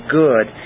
good